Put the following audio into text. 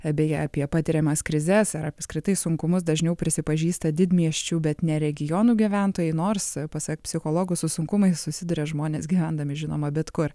beje apie patiriamas krizes ar apskritai sunkumus dažniau prisipažįsta didmiesčių bet ne regionų gyventojai nors pasak psichologų su sunkumais susiduria žmonės gyvendami žinoma bet kur